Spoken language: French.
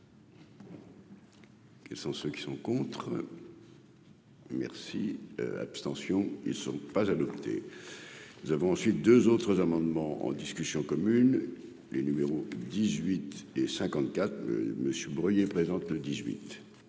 Quels sont ceux qui sont contre. Merci, abstention, ils sont pas adoptés, nous avons ensuite 2 autres amendements en discussion commune les numéros 18 et 54 Monsieur Bruillet présente le